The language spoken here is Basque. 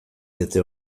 diete